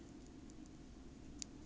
小小个而已 mah